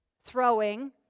throwing